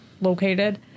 located